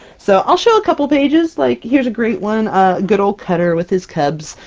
so i'll show a couple pages. like here's a great one a good old cutter with his cubs!